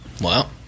Wow